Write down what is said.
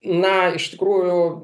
na iš tikrųjų